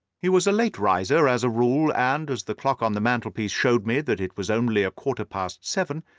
he was a late riser, as a rule, and as the clock on the mantelpiece showed me that it was only a quarter-past seven,